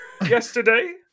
yesterday